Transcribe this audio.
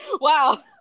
wow